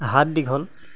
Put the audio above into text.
হাত দীঘল